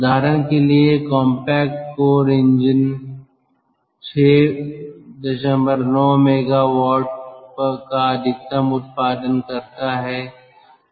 उदाहरण के लिए कॉम्पैक्ट कोर इंजन 69MW का अधिकतम उत्पादन करता है